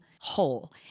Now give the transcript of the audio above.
whole